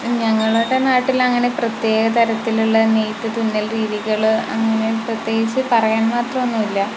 ഞങ്ങളുടെ നാട്ടിലങ്ങനെ പ്രത്യേക തരത്തിലുള്ള നെയ്ത്ത് തുന്നൽ രീതികൾ അങ്ങനെ പ്രത്യേകിച്ച് പറയാനും മാത്രം ഒന്നുമില്ല